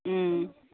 ও